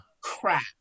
crap